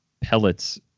pellets